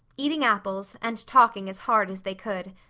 eating apples and talking as hard as they could.